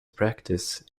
practice